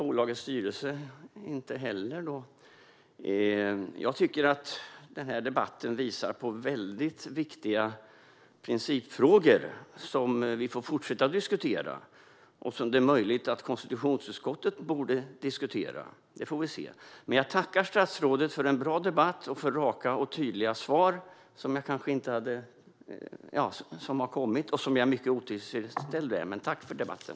Det gör inte heller bolagets styrelse. Den här debatten visar på viktiga principfrågor som vi får fortsätta att diskutera. Det är möjligt att konstitutionsutskottet också bör diskutera detta. Det får vi se. Jag tackar statsrådet för en bra debatt och för de raka och tydliga svar jag har fått. Jag tycker inte alls att de är tillfredsställande, men tackar ändå för debatten.